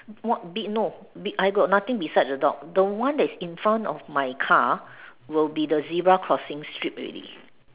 what big no bi~ I got nothing beside the dog the one that is in front of my car will be the zebra crossing strip already